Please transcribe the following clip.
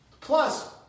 Plus